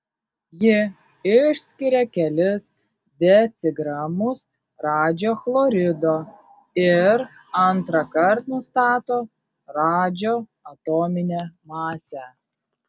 ji išskiria kelis decigramus radžio chlorido ir antrąkart nustato radžio atominę masę